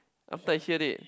after I heard it